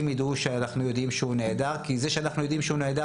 ידעו שאנחנו יודעים שהוא נעדר כי זה שאנחנו יודעים הוא נעדר,